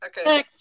Okay